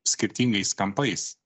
skirtingais kampais